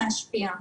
להשפיע,